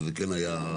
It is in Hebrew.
כמו שהיה גם